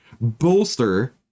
bolster